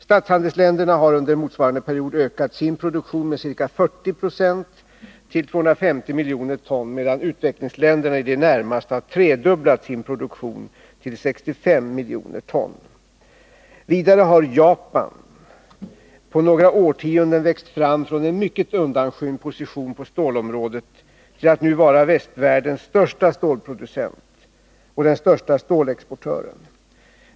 Statshandelsländerna har under motsvarande period ökat sin produktion med ca 40 9o till 250 miljoner ton, medan utvecklingsländerna i det närmaste har tredubblat sin produktion till 65 miljoner ton. Vidare har Japan på några årtionden växt fram från en mycket undanskymd position på stålområdet till att nu vara västvärldens största stålproducent och den största stålexportören.